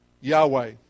Yahweh